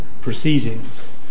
proceedings